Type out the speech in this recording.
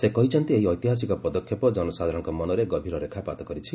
ସେ କହିଛନ୍ତି ଏହି ଐତିହାସିକ ପଦକ୍ଷେପ ଜନସାଧାରଣଙ୍କ ମନରେ ଗଭୀର ରେଖାପାତ କରିଛି